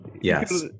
Yes